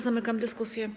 Zamykam dyskusję.